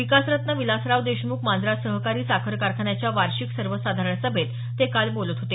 विकासरत्न विलासराव देशमुख मांजरा सहकारी साखर कारखान्याच्या वार्षिक सर्वसाधारण सभेत ते काल बोलत होते